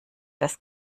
das